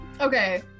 Okay